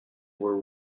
were